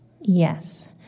Yes